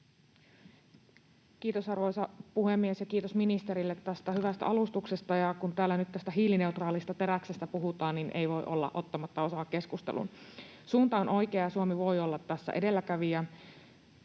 Kiitos, arvoisa puhemies! Ja kiitos ministerille tästä hyvästä alustuksesta. Kun täällä nyt tästä hiilineutraalista teräksestä puhutaan, niin ei voi olla ottamatta osaa keskusteluun. Suunta on oikea, ja Suomi voi olla tässä edelläkävijä.